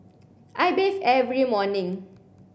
I bathe every morning